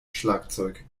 schlagzeug